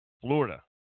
Florida